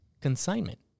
consignment